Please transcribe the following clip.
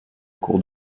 cour